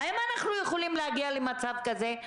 האם אנחנו יכולים להגיע למצב כזה?